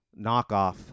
knockoff